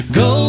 go